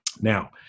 Now